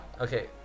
Okay